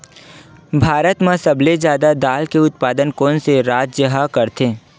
भारत मा सबले जादा दाल के उत्पादन कोन से राज्य हा करथे?